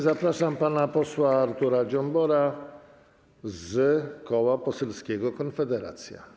Zapraszam pana posła Artura Dziambora z Koła Poselskiego Konfederacja.